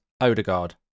Odegaard